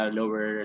lower